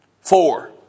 Four